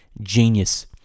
Genius